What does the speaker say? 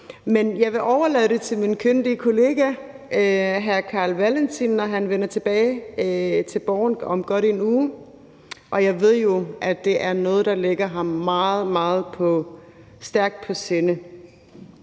Men jeg vil overlade det til min kyndige kollega hr. Carl Valentin, når han vender tilbage til Borgen om godt en uge, og jeg ved jo, at det er noget, der ligger ham meget, meget stærkt på sinde.